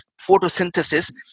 photosynthesis